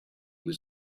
was